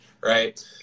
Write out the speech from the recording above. right